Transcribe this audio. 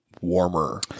warmer